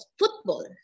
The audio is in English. football